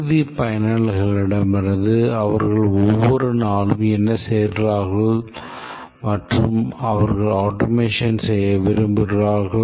இறுதி பயனர்களிடமிருந்து அவர்கள் ஒவ்வொரு நாளும் என்ன செய்கிறார்கள் மற்றும் அவர்கள் ஆட்டோமேஷன் செய்ய விரும்புகிறார்கள்